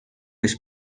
his